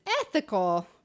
ethical